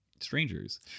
strangers